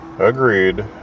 Agreed